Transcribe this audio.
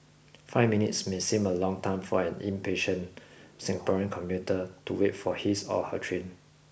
five minutes may seem a long time for an impatient Singaporean commuter to wait for his or her train